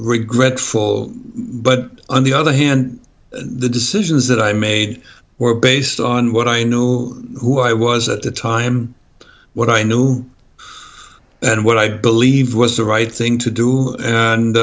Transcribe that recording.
regretful but on the other hand the decisions that i made were based on what i knew who i was at the time what i knew and what i believed was the right thing to do